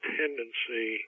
tendency